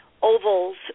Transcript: ovals